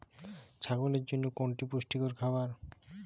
ছাগলের জন্য কোনটি পুষ্টিকর খাবার?